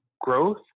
growth